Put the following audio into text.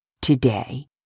today